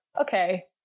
Okay